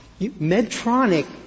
Medtronic